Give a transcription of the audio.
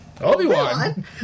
Obi-Wan